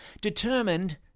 determined